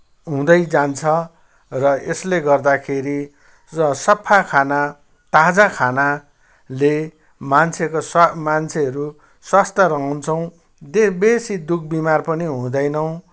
हुँदै जान्छ र यसले गर्दाखेरि र सफा खाना ताजा खानाले मान्छेको स्वास्थ्य मान्छेहरू स्वस्थ रहन्छौँ बेसी दुख बिमार पनि हुँदैनौँ